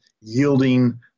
yielding